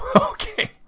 Okay